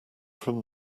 from